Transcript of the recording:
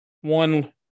one